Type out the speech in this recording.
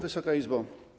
Wysoka Izbo!